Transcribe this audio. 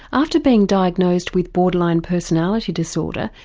after being diagnosed with borderline personality disorder,